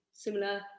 similar